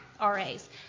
RAs